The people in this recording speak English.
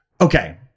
Okay